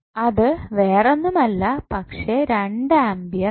അത് വേറൊന്നുമല്ല പക്ഷെ 2 ആംപിയർ ആണ്